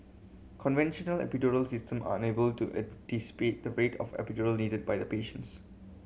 conventional epidural system are unable to anticipate the rate of epidural needed by the patients